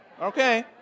Okay